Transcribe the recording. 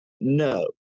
no